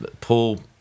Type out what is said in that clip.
Paul